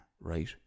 right